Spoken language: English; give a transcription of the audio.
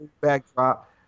Backdrop